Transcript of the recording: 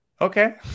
Okay